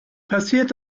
passiert